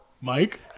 Mike